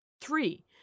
Three